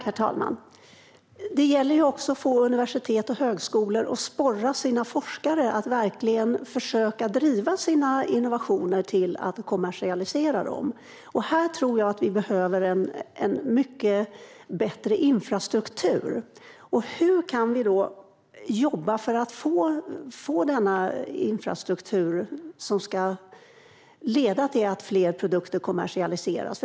Herr talman! Det gäller också att få universitet och högskolor att sporra sina forskare att verkligen försöka driva sina innovationer för att kommersialisera dem. Här tror jag att vi behöver mycket bättre infrastruktur. Hur kan vi jobba för att få denna infrastruktur, som ska leda till att fler produkter kommersialiseras?